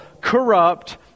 corrupt